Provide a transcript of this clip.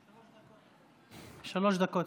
דקות, אדוני.